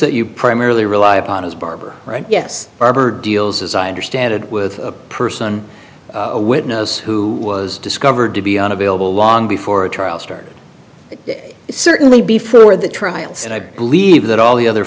that you primarily rely upon is barber right yes barber deals as i understand it with a person on a witness who was discovered to be unavailable long before a trial started certainly before the trials and i believe that all the other